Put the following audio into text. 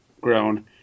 grown